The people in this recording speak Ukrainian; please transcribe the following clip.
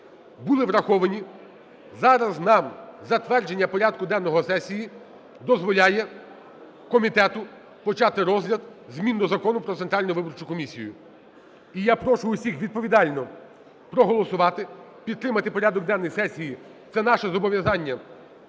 були враховані. Зараз нам затвердження порядку денного сесії дозволяє комітету почати розгляд змін до Закону "Про Центральну виборчу комісію". І я прошу всіх відповідально проголосувати, підтримати порядок денний сесії. Це наше зобов'язання,